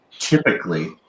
typically